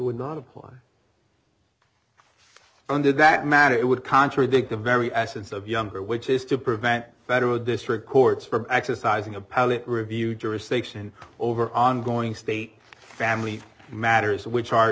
would not apply under that matter it would contradict the very essence of younger which is to prevent federal district courts from exercising appellate review jurisdiction over ongoing state family matters which are